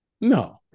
No